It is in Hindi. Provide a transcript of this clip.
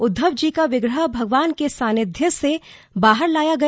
उद्वव जी का विग्रह भगवान के सानिध्य से बाहर लाया गया